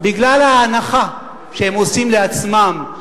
בגלל ההנחה שהם עושים לעצמם,